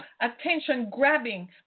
attention-grabbing